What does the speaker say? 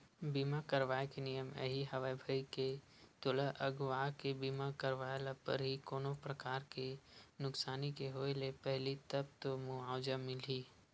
बीमा करवाय के नियम यही हवय भई के तोला अघुवाके बीमा करवाय ल परही कोनो परकार के नुकसानी के होय ले पहिली तब तो मुवाजा मिलही